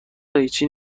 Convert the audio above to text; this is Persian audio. قیچی